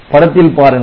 படத்தில் பாருங்கள்